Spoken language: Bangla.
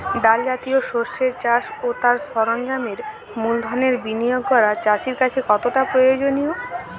ডাল জাতীয় শস্যের চাষ ও তার সরঞ্জামের মূলধনের বিনিয়োগ করা চাষীর কাছে কতটা প্রয়োজনীয়?